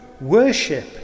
worship